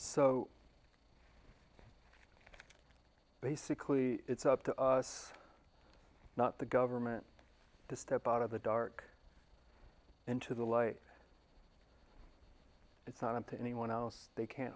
so basically it's up to us not the government to step out of the dark into the light it's not up to anyone else they can't